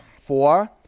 Four